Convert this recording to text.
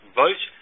vote